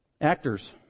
Actors